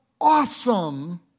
awesome